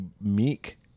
meek